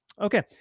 Okay